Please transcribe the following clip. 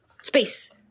space